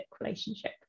relationship